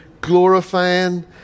glorifying